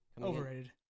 Overrated